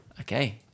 Okay